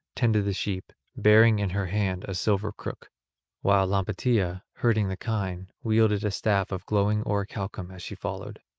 tended the sheep, bearing in her hand a silver crook while lampetia, herding the kine, wielded a staff of glowing orichalcum as she followed.